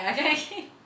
okay